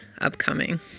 upcoming